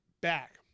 back